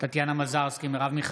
נוכחת מרב מיכאלי,